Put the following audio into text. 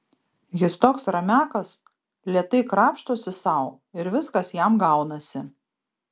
jis toks ramiakas lėtai krapštosi sau ir viskas jam gaunasi